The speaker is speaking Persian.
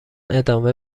ادامه